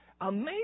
Amazing